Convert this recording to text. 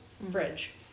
bridge